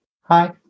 Hi